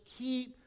keep